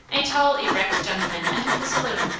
a tall, erect gentleman entered the saloon,